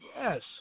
Yes